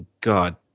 god